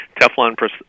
Teflon